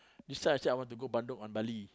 this time I say I want to Bandung or Bali